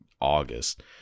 August